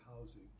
housing